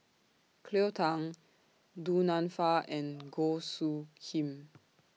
Cleo Thang Du Nanfa and Goh Soo Khim